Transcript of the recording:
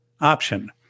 option